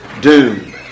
Doom